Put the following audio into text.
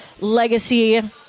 legacy